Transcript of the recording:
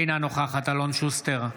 אינה נוכחת אלון שוסטר,